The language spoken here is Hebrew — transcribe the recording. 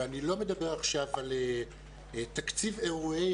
ואני לא מדבר עכשיו על תקציב אירועי